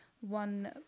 one